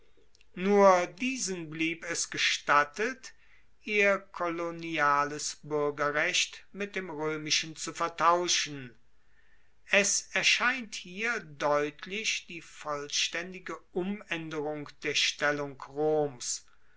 nur diesen blieb es gestattet ihr koloniales buergerrecht mit dem roemischen zu vertauschen es erscheint hier deutlich die vollstaendige umaenderung der stellung roms